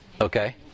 Okay